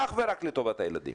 אך ורק לטובת הילדים